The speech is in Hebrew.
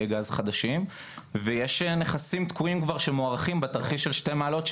גז חדשים ויש נכסים תקועים כבר שמוערכים בתרחיש של 2 מעלות,